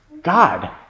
God